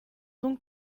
donc